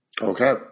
Okay